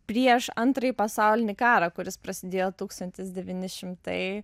prieš antrąjį pasaulinį karą kuris prasidėjo tūkstantis devyni šimtai